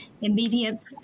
immediate